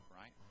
right